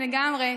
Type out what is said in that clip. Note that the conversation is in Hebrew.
לגמרי,